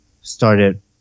started